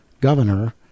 governor